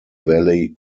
valley